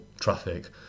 traffic